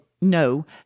no